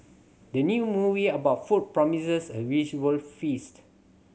the new movie about food promises a visual feast